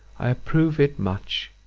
i approve it much.